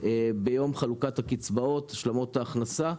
בהכנסות ביום חלוקת הקצבאות להשלמת הכנסה,